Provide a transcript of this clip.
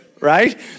right